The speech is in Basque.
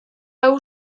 hau